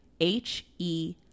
H-E